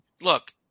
look